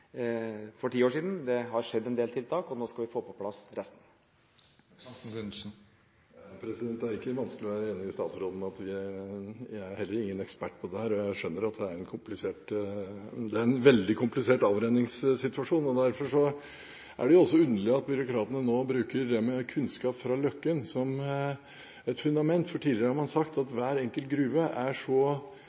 ti år. Det har skjedd en del tiltak, og nå skal vi få på plass resten. Det er ikke vanskelig å være enig med statsråden – jeg er heller ingen ekspert på dette. Jeg skjønner at det er en veldig komplisert avrenningssituasjon, og derfor er det også underlig at byråkratene nå bruker det med kunnskap fra Løkken som et fundament, for tidligere har man sagt at hver enkelt gruve er så